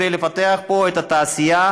כדי לפתח פה את התעשייה,